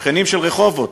שכנים של רחובות,